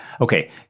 Okay